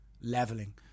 leveling